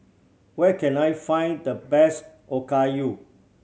where can I find the best Okayu